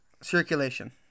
Circulation